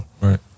Right